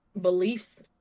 beliefs